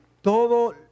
Todo